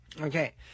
Okay